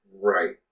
Right